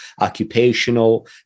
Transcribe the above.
occupational